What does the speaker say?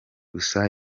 gusa